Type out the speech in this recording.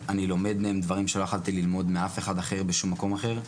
לומד מהם דברים שלא יכולתי ללמוד מאף אחד אחר בשום מקום אחר.